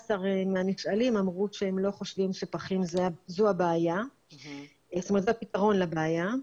15 מהנשאלים אמרו שהם לא חושבים שפחים זה הפתרון לבעיה.